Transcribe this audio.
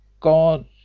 God